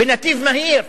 בנתיב מהיר.